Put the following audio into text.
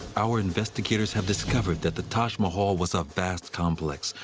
our investigators have discovered that the taj mahal was a vast complex,